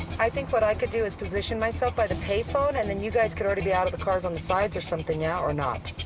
i think what i could do is position myself by the pay phone and then you guys could already be out of the cars on the sides or something now or not.